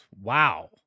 wow